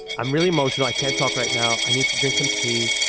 i'm really emotional, i can't talk right now, i need to drink some tea,